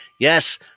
Yes